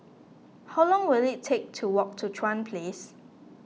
how long will it take to walk to Chuan Place